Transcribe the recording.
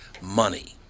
money